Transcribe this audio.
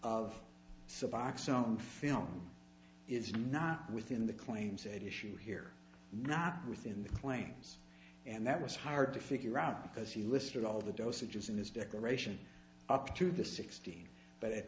suboxone film is not within the claims that issue here not within the claims and that was hard to figure out because he listed all the dosages in his declaration up to the sixteen but at